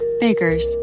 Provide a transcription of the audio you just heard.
Bakers